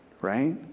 right